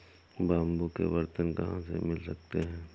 Bamboo के बर्तन कहाँ से मिल सकते हैं?